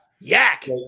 Yak